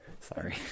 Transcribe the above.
sorry